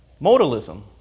modalism